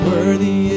Worthy